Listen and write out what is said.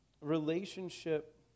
Relationship